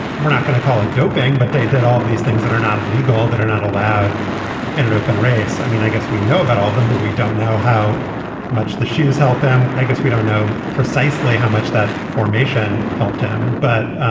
we're not going to call it doping but they did all these things that are not illegal that are not allowed in an open race i mean i guess we know about all of them but we don't know how much the show has helped them. i guess we don't know precisely how much that formation helped him. but